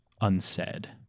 unsaid